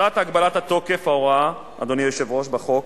מטרת הגבלת תוקף ההוראה, אדוני היושב-ראש, בחוק